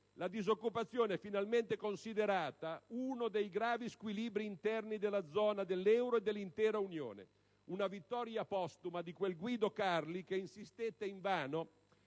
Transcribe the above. (la disoccupazione è finalmente considerata uno dei gravi squilibri interni della zona euro e dell'intera Unione: una vittoria postuma di quel Guido Carli che insistette invano,